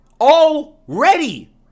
already